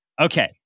Okay